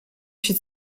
się